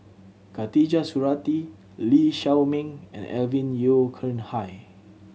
Khatijah Surattee Lee Shao Meng and Alvin Yeo Khirn Hai